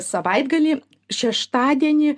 savaitgalį šeštadienį